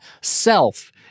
self